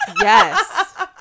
Yes